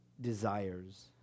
desires